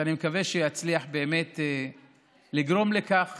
ואני מקווה שיצליח לגרום לכך